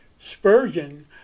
Spurgeon